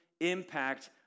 impact